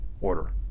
order